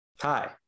hi